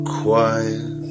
quiet